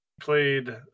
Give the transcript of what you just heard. Played